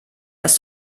ist